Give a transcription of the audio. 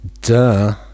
duh